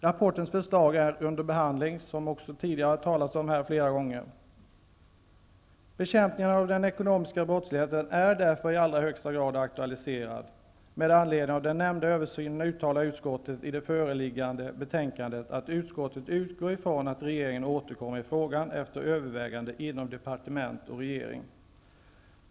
Rapportens förslag är under granskning i justitiedepartementet. Fru talman! Bekämpningen av den ekonomiska brottsligheten är därför i allra högsta grad aktualiserad. Med anledning av den nämnda översynen uttalar utskottet i det föreliggande betänkandet att utskottet utgår från att regeringen återkommer i frågan efter överväganden inom departement och regering.